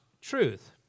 truth